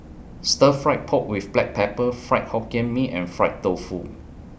Stir Fry Pork with Black Pepper Fried Hokkien Mee and Fried Tofu